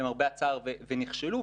למרבה הצער ולכן,